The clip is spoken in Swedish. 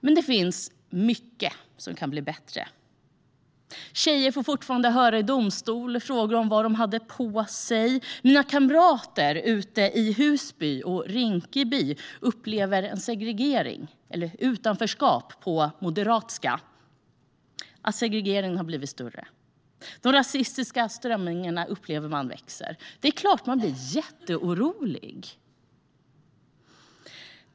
Men det finns mycket som kan bli bättre. Tjejer får fortfarande frågor i domstol om vad de hade på sig. Mina kamrater ute i Husby och Rinkeby upplever att segregeringen, eller utanförskapet på "moderatska", har blivit större. De upplever att de rasistiska strömningarna växer. Det är klart att man blir jätteorolig.